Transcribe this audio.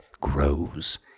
grows